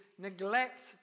neglect